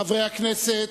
חברי הכנסת,